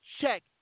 check